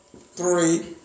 three